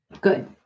Good